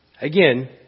again